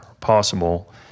possible